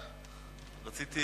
רציתי